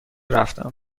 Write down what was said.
رفتم